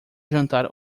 jantar